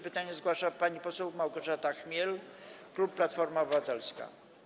Pytanie zgłasza pani poseł Małgorzata Chmiel, klub Platforma Obywatelska.